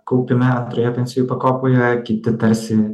kaupime antroje pensijų pakopoje kiti tarsi